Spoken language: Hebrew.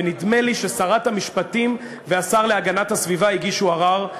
ונדמה לי ששרת המשפטים והשר להגנת הסביבה הגישו ערר,